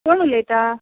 कोण उलयता